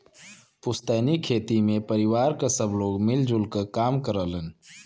पुस्तैनी खेती में परिवार क सब लोग मिल जुल क काम करलन